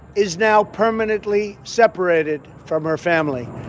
is now permanently separated from her family.